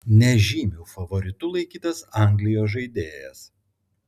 nežymiu favoritu laikytas anglijos žaidėjas